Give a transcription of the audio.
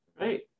Right